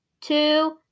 two